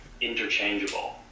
interchangeable